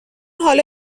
حالا